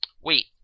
Wait